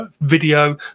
video